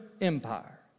Empire